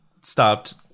stopped